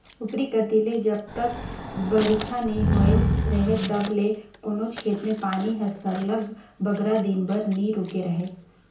उपर कती ले जब तक बरिखा नी होए रहें तब ले कोनोच खेत में पानी हर सरलग बगरा दिन बर नी रूके रहे